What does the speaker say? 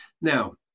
Now